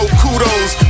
kudos